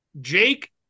Jake